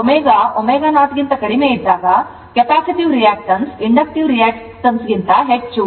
ω ω0 ಗಿಂತ ಕಡಿಮೆ ಇದ್ದಾಗ ಕೆಪ್ಯಾಸಿಟಿವ್ ರಿಯಾಕ್ಟನ್ಸ್ ಇಂಡಕ್ಟಿವ್ ರಿಯಾಕ್ಟನ್ಸ್ ಗಿಂತ ಹೆಚ್ಚು